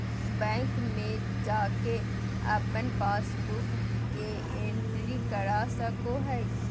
bank में जाके अपन पासबुक के एंट्री करा सको हइ